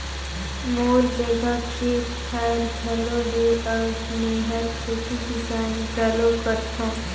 मोर जघा खेत खायर घलो हे अउ मेंहर खेती किसानी घलो करथों